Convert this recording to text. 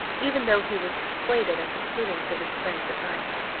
even though he was persuaded of the prudence of his friend's advice.